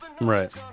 Right